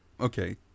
okay